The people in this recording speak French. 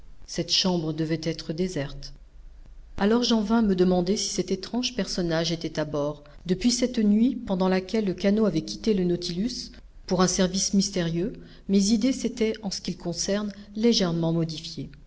cette chambre devait être déserte alors j'en vins à me demander si cet étrange personnage était à bord depuis cette nuit pendant laquelle le canot avait quitté le nautilus pour un service mystérieux mes idées s'étaient en ce qui le concerne légèrement modifiées